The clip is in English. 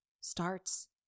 starts